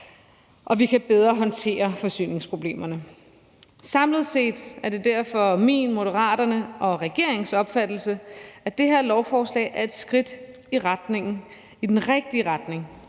og vi kan bedre håndtere forsyningsproblemerne. Samlet set er det derfor min, Moderaternes og regeringens opfattelse, at det her lovforslag er et skridt i den rigtige retning